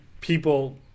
people